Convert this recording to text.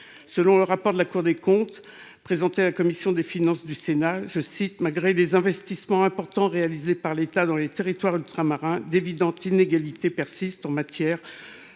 un rapport de la Cour des comptes présenté à la commission des finances du Sénat, « malgré les investissements importants réalisés par l’État dans les territoires ultramarins, d’évidentes inégalités persistent en matière